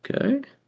Okay